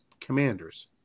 commanders